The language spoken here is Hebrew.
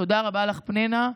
תודה רבה לך, פנינה.